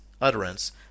utterance